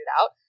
out